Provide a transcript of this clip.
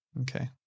Okay